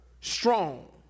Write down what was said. strong